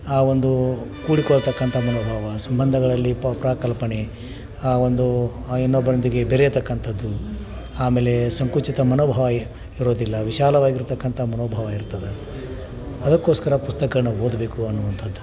ಆ ಒಂದು ಕೂಡಿಕೊಳ್ಳತಕ್ಕಂಥ ಮನೋಭಾವ ಸಂಬಂಧಗಳಲ್ಲಿ ಕಲ್ಪನೆ ಆ ಒಂದು ಇನ್ನೊಬ್ಬರೊಂದಿಗೆ ಬೆರೆಯತಕ್ಕಂಥದ್ದು ಆಮೇಲೆ ಸಂಕುಚಿತ ಮನೋಭಾವ ಇರೋದಿಲ್ಲ ವಿಶಾಲವಾಗಿರತಕ್ಕಂಥ ಮನೋಭಾವ ಇರ್ತದೆ ಅದಕ್ಕೋಸ್ಕರ ಪುಸ್ತಕಗಳ್ನ ಓದಬೇಕು ಅನ್ನುವಂಥದ್ದು